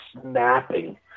snapping